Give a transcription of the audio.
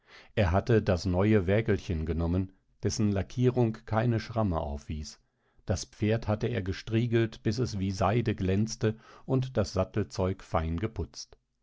er hatte das neue wägelchen genommen dessen lackierung keine schramme aufwies das pferd hatte er gestriegelt bis es wie seide glänzte und das sattelzeug fein